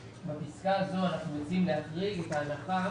בפסקה הזו אנחנו רוצים להחריג את ההנחה